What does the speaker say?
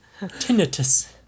Tinnitus